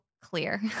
Clear